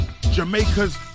Jamaica's